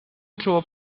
through